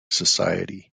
society